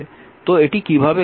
তো এটি কীভাবে করা যায়